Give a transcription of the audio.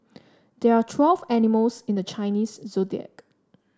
there are twelve animals in the Chinese Zodiac